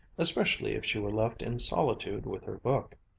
especially if she were left in solitude with her book.